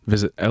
Visit